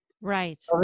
Right